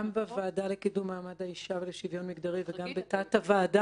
גם בוועדה לקידום מעמד האישה ולשוויון מגדרי וגם בתת-הוועדה,